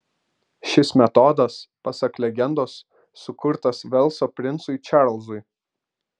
šis metodas pasak legendos sukurtas velso princui čarlzui